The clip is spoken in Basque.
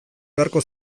beharko